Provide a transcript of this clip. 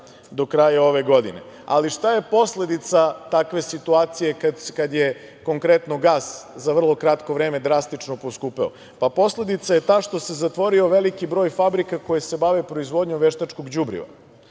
do kraja ove godine. Ali, šta je posledica takve situacije kada je konkretno gas za vrlo kratko vreme drastično poskupeo? Posledica je ta što se zatvorio veliki broj fabrika koje se bave proizvodnjom veštačkog đubriva.